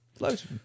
loads